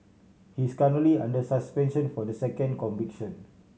he is currently under suspension for the second conviction